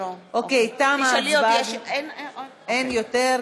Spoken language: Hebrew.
אין יותר.